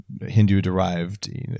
Hindu-derived